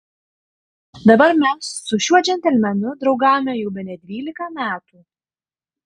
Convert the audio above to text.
dabar mes su šiuo džentelmenu draugaujame jau bene dvylika metų